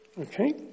Okay